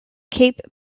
cape